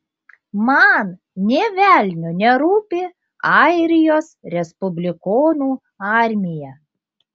man nė velnio nerūpi airijos respublikonų armija